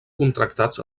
contractats